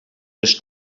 les